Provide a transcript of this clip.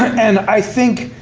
and i think,